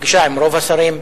נפגשה עם רוב השרים,